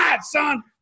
son